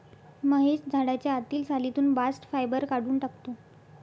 महेश झाडाच्या आतील सालीतून बास्ट फायबर काढून टाकतो